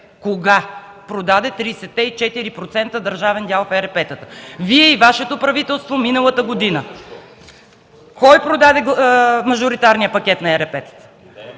кога продаде 34% държавен дял в ЕРП-тата? Вие и Вашето правителство миналата година. Кой продаде мажоритарния пакет на ЕРП-тата?